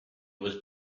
was